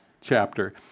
chapter